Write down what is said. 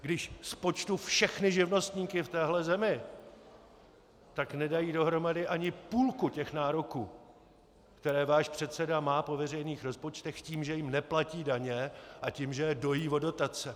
Když spočtu všechny živnostníky v téhle zemi, tak nedají dohromady ani půlku těch nároků, které váš předseda má po veřejných rozpočtech tím, že jim neplatí daně, a tím, že je dojí o dotace.